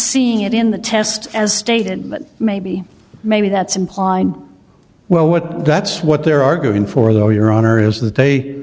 seeing it in the test as stated but maybe maybe that's implied well what that's what they're arguing for though your honor is that they